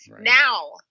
now